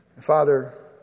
Father